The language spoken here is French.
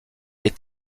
est